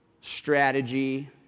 strategy